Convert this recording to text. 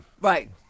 Right